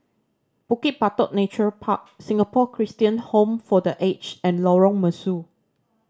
Bukit Batok Nature Park Singapore Christian Home for The Aged and Lorong Mesu